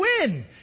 win